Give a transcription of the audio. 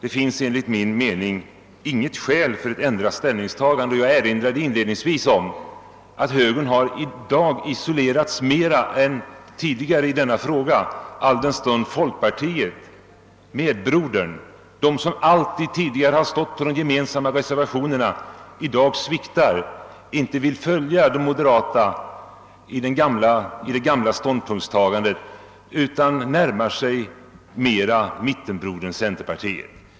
Enligt min mening finns det inget skäl för ett annat ställningstagande, och inledningsvis erinrade jag om att moderata samlingspartiet i dag isolerats mera än tidigare i denna fråga alldenstund folkpartiet — medbrodern som tidigare alltid stått bakom de gemensamma reservationerna — i dag sviktar och inte vill följa de moderata och hålla fast vid det gamla ståndpunktstagandet utan mera närmar sig mittenbrodern, centerpartiet.